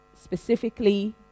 specifically